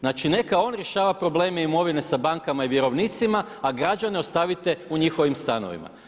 Znači, neka on rješava probleme imovine sa bankama i vjerovnicima, a građane ostavite u njihovim stanovima.